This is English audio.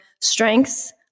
strengths